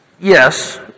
Yes